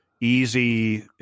easy